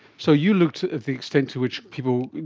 so you looked at the extent to which people,